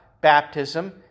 baptism